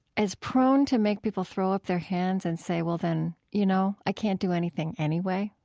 as prone to make people throw up their hands and say, well, then, you know, i can't do anything anyway.